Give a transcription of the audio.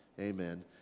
amen